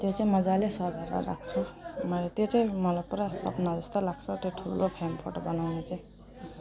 त्यो चाहिँ मजाले सजाएर राख्छु मैले त चाहिँ मलाई पुरा सपना जस्तो लाग्छ त्यो ठुलो फ्रेम फोटो बनाउनु चाहिँ